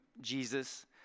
Jesus